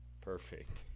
perfect